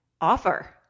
offer